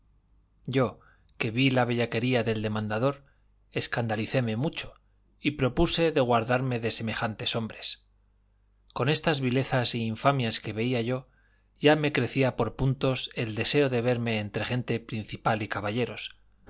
yo que vi la bellaquería del demandador escandalicéme mucho y propuse de guardarme de semejantes hombres con estas vilezas y infamias que veía yo ya me crecía por puntos el deseo de verme entre gente principal y caballeros